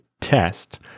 test